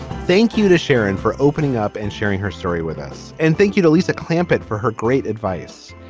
thank you to sharon for opening up and sharing her story with us. and thank you to lisa clampett for her great advice.